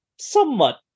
somewhat